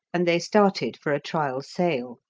and they started for a trial sail.